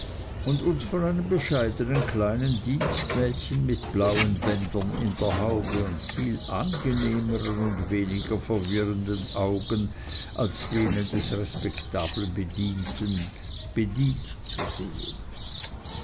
und uns von einem bescheidnen kleinen dienstmädchen mit blauen bändern in der haube und viel angenehmern und weniger verwirrenden augen als denen des respektablen bedienten bedient zu sehen